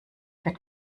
wird